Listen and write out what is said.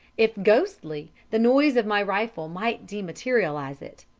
if ghostly, the noise of my rifle might dematerialize it.